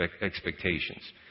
expectations